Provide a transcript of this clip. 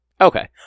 Okay